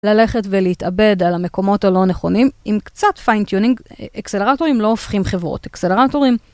ללכת ולהתאבד על המקומות הלא נכונים עם קצת פיינטיונינג, אקסלרטורים לא הופכים חברות, אקסלרטורים